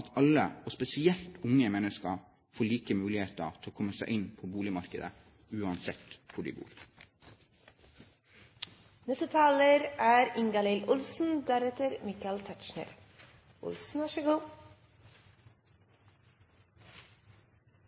at alle, og spesielt unge mennesker, får like muligheter til å komme seg inn på boligmarkedet, uansett hvor de bor. Det er